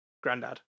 Grandad